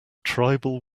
tribal